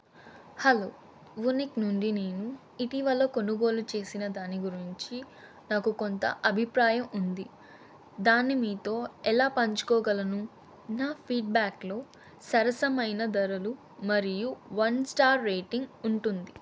hello Unique నుండి నేను ఇటీవల కొనుగోలు చేసిన దాని గురించి నాకు కొంత అభిప్రాయం ఉంది దాన్ని మీతో ఎలా పంచుకోగలను నా ఫీడ్బ్యాక్లో సరసమైన ధరలు మరియు వన్ స్టార్ రేటింగ్ ఉంటుంది